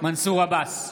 מנסור עבאס,